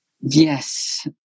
Yes